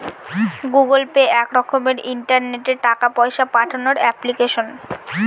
Google Pay এক রকমের ইন্টারনেটে টাকা পয়সা পাঠানোর এপ্লিকেশন